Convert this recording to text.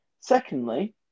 secondly